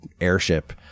airship